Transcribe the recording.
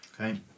Okay